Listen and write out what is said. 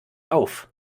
auf